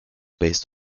based